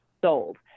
sold